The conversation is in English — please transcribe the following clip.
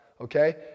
Okay